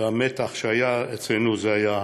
והמתח שהיה, אצלנו זה היה